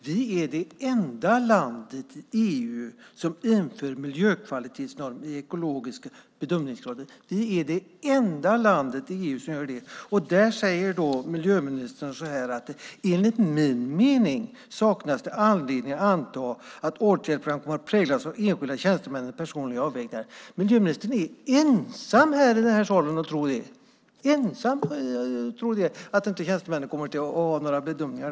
Vi är det enda landet i EU som inför miljökvalitetsnormer på ekologiska bedömningsgrunder, och då säger miljöministern: Enligt min mening saknas det anledning att anta att åtgärdsprogram kommer att präglas av enskilda tjänstemäns personliga avvägningar. Miljöministern är ensam här i salen om att tro att inte tjänstemännen kommer att göra några bedömningar.